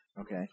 Okay